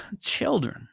children